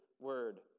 word